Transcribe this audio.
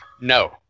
No